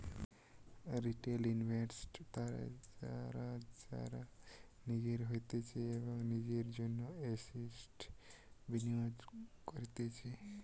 retail investors তারা যারা নিজের হইতে এবং নিজের জন্য এসেটস বিনিয়োগ করতিছে